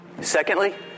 Secondly